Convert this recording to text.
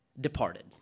departed